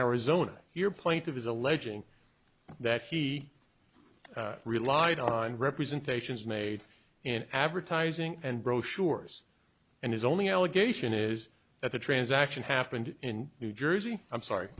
arizona here plaintive is alleging that he relied on representations made in advertising and brochures and his only allegation is that the transaction happened in new jersey i'm sorry